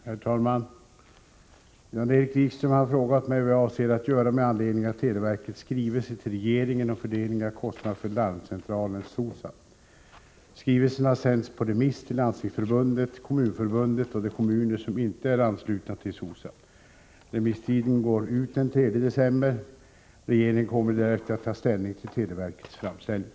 Herr talman! Jan-Erik Wikström har frågat mig vad jag avser att göra med anledning av televerkets skrivelse till regeringen om fördelningen av kostnaderna för larmcentralen SOSAB. Skrivelsen har sänts på remiss till Landstingsförbundet, Kommunförbundet och de kommuner som inte är anslutna till SOSAB. Remisstiden går ut den 3 december. Regeringen kommer därefter att ta ställning till televerkets framställning.